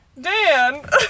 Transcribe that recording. Dan